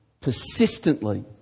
persistently